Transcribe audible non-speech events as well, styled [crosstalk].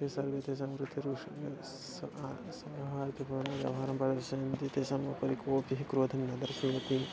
ते सर्वे तेषां कृते रुक्ष [unintelligible] व्यवहारं प्रदर्शयन्ति तेषाम् उपरि कोपि क्रोधं न दर्शयति